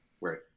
right